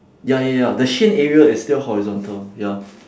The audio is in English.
ya ya ya the shin area is still horizontal ya